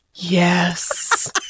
Yes